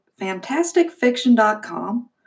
fantasticfiction.com